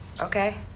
Okay